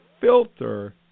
filter